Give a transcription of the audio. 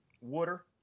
Water